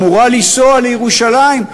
אמורה לנסוע לירושלים,